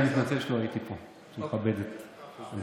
אני מתנצל שלא הייתי פה בשביל לכבד את המציע.